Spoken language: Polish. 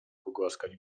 pogłaskać